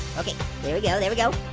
okay, there we go, there we go.